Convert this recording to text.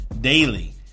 daily